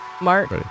Mark